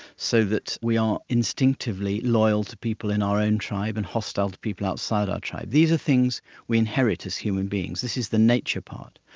so that we are instinctively loyal to people in our own tribe and hostile to people outside our tribe. these are things we inherit as human beings, this is the nature part.